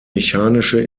mechanische